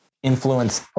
influence